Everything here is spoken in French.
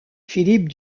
philippe